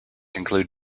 include